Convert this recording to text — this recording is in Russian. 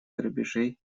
грабежей